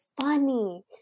funny